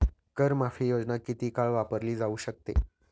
कर माफी योजना किती काळ वापरली जाऊ शकते?